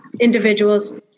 individuals